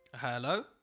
hello